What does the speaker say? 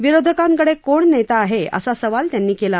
विरोधकांकडे कोण नेता आहे असा सवाल त्यांनी केला